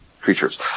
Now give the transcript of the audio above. creatures